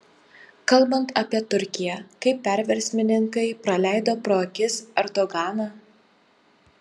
kalbant apie turkiją kaip perversmininkai praleido pro akis erdoganą